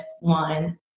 one